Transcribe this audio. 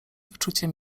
wyczucie